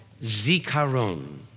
zikaron